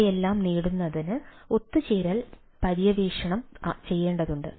അവയെല്ലാം നേടുന്നതിന് ഒത്തുചേരൽ പര്യവേക്ഷണം ചെയ്യേണ്ടതുണ്ട്